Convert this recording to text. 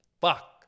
Fuck